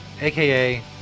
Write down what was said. aka